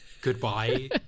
goodbye